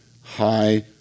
high